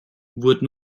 wurden